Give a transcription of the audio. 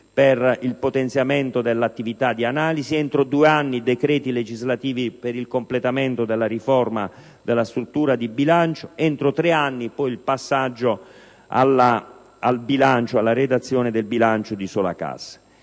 per il potenziamento dell'attività di analisi; entro due anni, decreti legislativi per il completamento della riforma della struttura di bilancio; entro tre anni, poi, il passaggio alla redazione del bilancio di sola cassa.